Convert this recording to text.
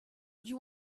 you